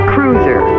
Cruiser